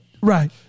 right